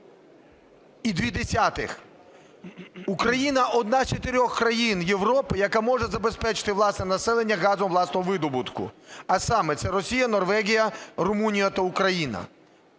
і дві десятих. Україна – одна з чотирьох країн Європи, яка може забезпечити власне населення газом власного видобутку, а саме: це Росія, Норвегія, Румунія та Україна.